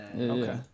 Okay